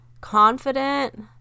confident